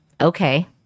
Okay